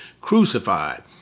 crucified